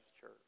Church